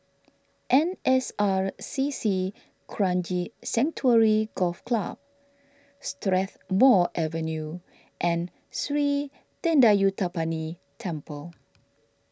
N S R C C Kranji Sanctuary Golf Club Strathmore Avenue and Sri thendayuthapani Temple